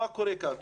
מה קורה כאן?